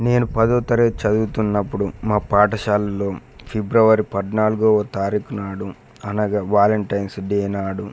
నేను పదో తరగతి చదువుతున్నపుడు మా పాఠశాలలో ఫిబ్రవరి పద్నాలుగోవ తారీఖు నాడు అనగా వాలెంటైన్స్ డే నాడు